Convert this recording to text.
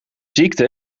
ziekte